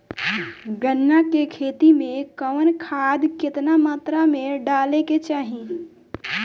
गन्ना के खेती में कवन खाद केतना मात्रा में डाले के चाही?